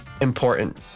important